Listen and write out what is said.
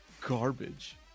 garbage